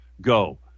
go